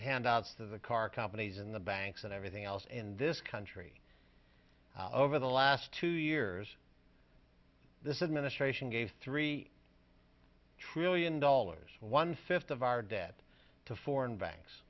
handouts to the car companies in the banks and everything else in this country over the last two years this is ministration gave three trillion dollars one fifth of our debt to foreign banks